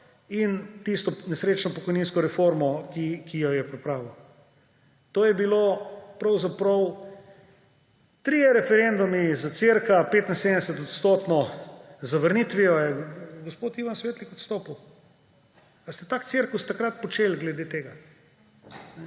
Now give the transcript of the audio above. in tisto nesrečno pokojninsko reformo, ki jo je pripravil. To so bili pravzaprav trije referendumi z okoli 75-odstotno zavrnitvijo. Ali je gospod Ivan Svetlik odstopil? Ali ste tak cirkus takrat počeli glede tega?